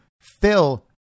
fill